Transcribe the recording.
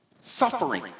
suffering